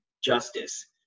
justice